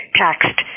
taxed